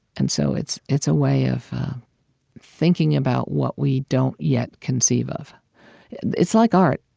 and so it's it's a way of thinking about what we don't yet conceive of it's like art.